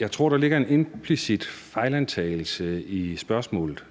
Jeg tror, der ligger en implicit fejlantagelse i spørgsmålet.